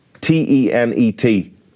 T-E-N-E-T